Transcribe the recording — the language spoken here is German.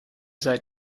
seid